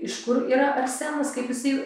iš kur yra arsenas kaip jisai